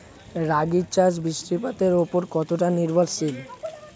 রাগী চাষ বৃষ্টিপাতের ওপর কতটা নির্ভরশীল?